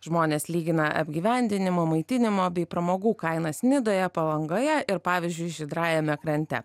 žmonės lygina apgyvendinimo maitinimo bei pramogų kainas nidoje palangoje ir pavyzdžiui žydrajame krante